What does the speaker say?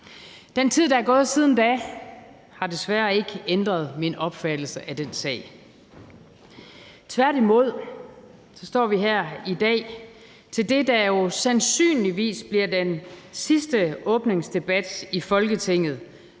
Den tid, der er gået siden da, har desværre ikke ændret min opfattelse af den sag. Tværtimod står vi her i dag til det, der jo sandsynligvis bliver den sidste åbningsdebat i Folketinget,